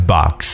Box